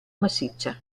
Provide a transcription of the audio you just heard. massiccia